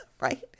right